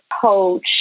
coach